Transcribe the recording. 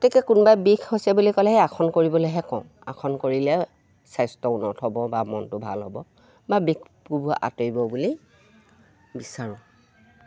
গতিকে কোনোবাই বিষ হৈছে বুলি ক'লেহে আসন কৰিবলেহে কওঁ আসন কৰিলে স্বাস্থ্য উন্নত হ'ব বা মনটো ভাল হ'ব বা বিষ কোফবোৰ আঁতৰিব বুলি বিচাৰোঁ